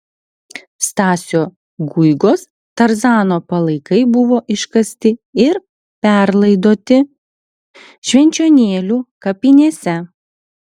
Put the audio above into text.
stasio guigos tarzano palaikai buvo iškasti ir perlaidoti švenčionėlių kapinėse